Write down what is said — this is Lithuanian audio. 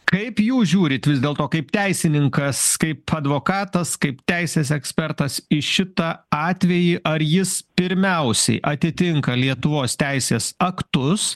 kaip jūs žiūrit vis dėlto kaip teisininkas kaip advokatas kaip teisės ekspertas į šitą atvejį ar jis pirmiausiai atitinka lietuvos teisės aktus